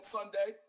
Sunday